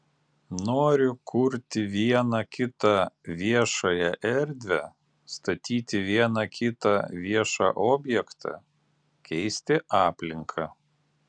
noriu kurti vieną kitą viešąją erdvę statyti vieną kitą viešą objektą keisti aplinką